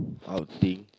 I'll think